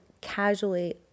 casually